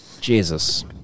Jesus